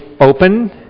open